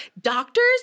Doctors